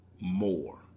more